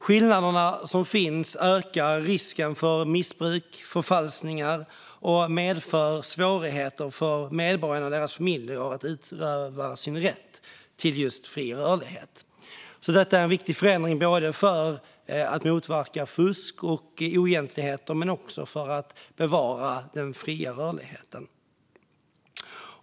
Skillnaderna som finns ökar risken för missbruk och förfalskningar och medför svårigheter för medborgarna och deras familjer att utöva sin rätt till fri rörlighet. Detta är därför en viktig förändring för att motverka fusk och oegentligheter men också för att bevara den fria rörligheten.